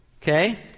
Okay